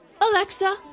Alexa